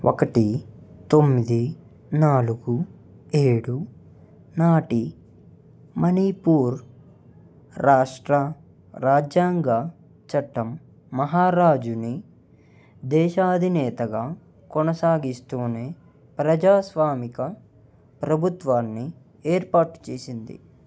ఒకటి తొమ్మిది నాలుగు ఏడు నాటి మణిపూర్ రాష్ట్ర రాజ్యాంగ చట్టం మహారాజుని దేశాధినేతగా కొనసాగిస్తూనే ప్రజాస్వామిక ప్రభుత్వాన్ని ఏర్పాటు చేసింది